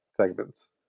segments